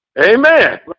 Amen